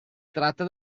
tratta